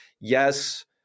Yes